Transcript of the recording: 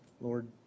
lord